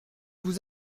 vous